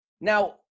Now